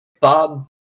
Bob